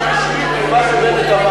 בנט אמר.